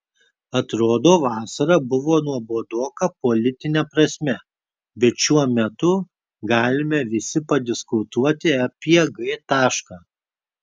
atrodo vasara buvo nuobodoka politine prasme bet šiuo metu galime visi padiskutuoti apie g tašką